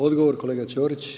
Odgovor kolega Ćorić.